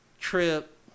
trip